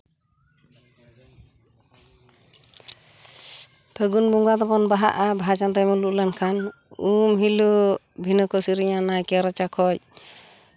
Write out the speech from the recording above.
ᱯᱷᱟᱹᱜᱩᱱ ᱵᱚᱸᱜᱟ ᱫᱚᱵᱚᱱ ᱵᱟᱦᱟᱜᱼᱟ ᱵᱟᱦᱟ ᱪᱟᱸᱫᱚᱭ ᱢᱩᱞᱩᱜ ᱞᱮᱱᱠᱷᱟᱱ ᱩᱢ ᱦᱤᱞᱳᱜ ᱵᱷᱤᱱᱟᱹ ᱠᱚ ᱥᱮᱨᱮᱧᱟ ᱱᱟᱭᱠᱮ ᱨᱟᱪᱟ ᱠᱷᱚᱡ